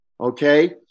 Okay